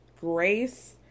grace